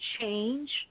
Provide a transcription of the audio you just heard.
change